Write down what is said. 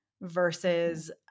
versus